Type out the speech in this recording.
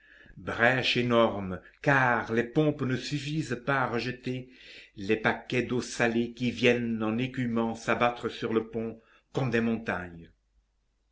brèche énorme car les pompes ne suffisent pas à rejeter les paquets d'eau salée qui viennent en écumant s'abattre sur le pont comme des montagnes